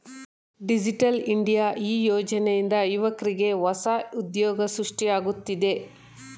digital India ಈ ಯೋಜನೆಯಿಂದ ಯುವಕ್ರಿಗೆ ಹೊಸ ಉದ್ಯೋಗ ಸೃಷ್ಟಿಯಾಗುತ್ತಿದೆ